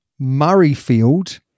Murrayfield